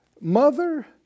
mother